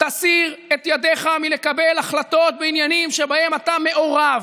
תסיר את ידיך מלקבל החלטות בעניינים שבהם אתה מעורב.